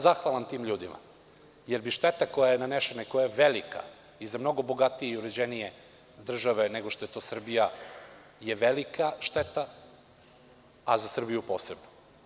Zahvalan sam tim ljudima, jer bi šteta koja je nanešena i koja je velika i za mnogo bogatije i uređenije države nego što je to Srbija je velika šteta, a za Srbiju posebno.